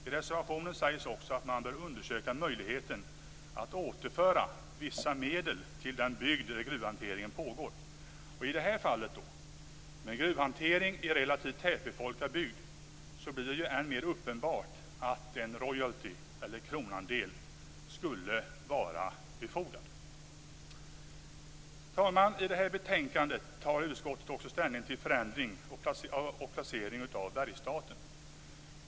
I reservationen sägs också att man bör undersöka möjligheten att återföra vissa medel till den bygd där gruvhantering pågår. I detta fall, med gruvhantering i en relativt tätbefolkad bygd, blir det än mer uppenbart att en royalty eller kronandel skulle vara befogad. Fru talman! I betänkandet tar utskottet också ställning till förändring och placering av Bergsstaten.